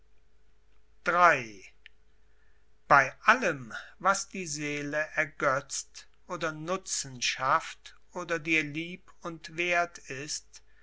bei allem was die seele ergötzt oder nutzen schafft oder dir lieb und werth ist